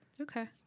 Okay